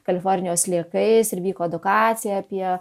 kalifornijos sliekais ir vyko edukacija apie